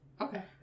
Okay